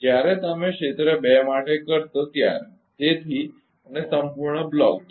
જ્યારે તમે ક્ષેત્ર 2 માટે કરશો ત્યારે તેથી અને સંપૂર્ણ બ્લોક ડાયાગ્રામ